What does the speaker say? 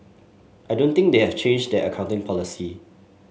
I don't think they have changed their accounting policy